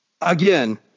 again